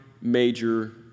major